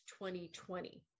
2020